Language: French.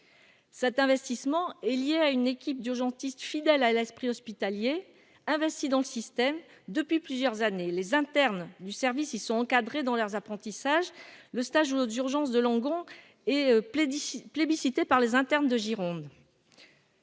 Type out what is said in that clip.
cet investissement est liée à une équipe d'urgentistes, fidèle à l'esprit hospitalier invincible le système depuis plusieurs années, les internes du service, ils sont encadrés dans leurs apprentissages, le stage aux urgences de Langon et plaidé plébiscité par les internes de Gironde.